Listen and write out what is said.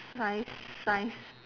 science science